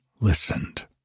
listened